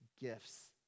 gifts